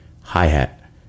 hi-hat